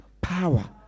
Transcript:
Power